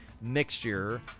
mixture